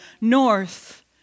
north